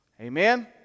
Amen